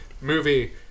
movie